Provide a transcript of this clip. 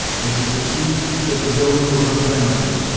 as he perceived that the building was untenanted,